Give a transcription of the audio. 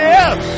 Yes